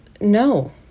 no